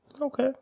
Okay